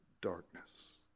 darkness